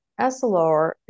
SLR